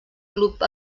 club